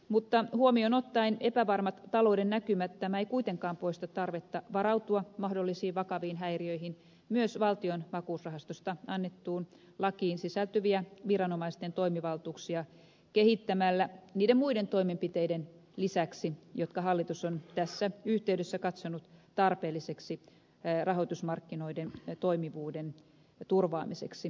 mutta huomioon ottaen epävarmat talouden näkymät tämä ei kuitenkaan poista tarvetta varautua mahdollisiin vakaviin häiriöihin myös kehittämällä valtion vakuusrahastosta annettuun lakiin sisältyviä viranomaisten toimivaltuuksia niiden muiden toimenpiteiden lisäksi jotka hallitus on tässä yhteydessä katsonut tarpeellisiksi rahoitusmarkkinoiden toimivuuden turvaamiseksi